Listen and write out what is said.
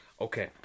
Okay